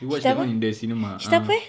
we watched that [one] in the cinema uh